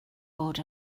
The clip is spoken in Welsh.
bod